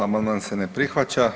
Amandman se ne prihvaća.